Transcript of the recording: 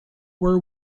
were